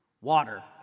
water